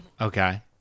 Okay